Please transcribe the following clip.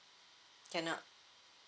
cannot